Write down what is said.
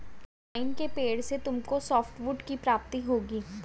pine के पेड़ से तुमको सॉफ्टवुड की प्राप्ति होगी